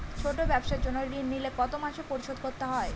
ছোট ব্যবসার জন্য ঋণ নিলে কত মাসে পরিশোধ করতে হয়?